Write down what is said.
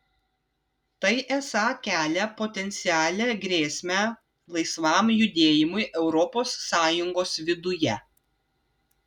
tai esą kelia potencialią grėsmę laisvam judėjimui europos sąjungos viduje